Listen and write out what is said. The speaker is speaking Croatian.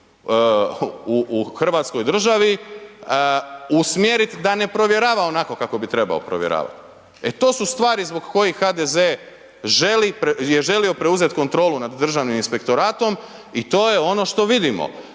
u Hrvatskoj državi usmjeriti da ne provjerava onako kako bi trebao provjeravati? E to su stvari zbog kojih HDZ želi, je želio preuzeti kontrolu nad Državnim inspektoratom i to je ono što vidimo.